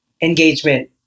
engagement